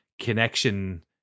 connection